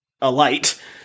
alight